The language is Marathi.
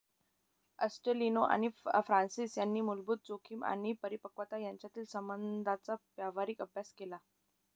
ॲस्टेलिनो आणि फ्रान्सिस यांनी मूलभूत जोखीम आणि परिपक्वता यांच्यातील संबंधांचा व्यावहारिक अभ्यास केला